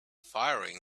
firing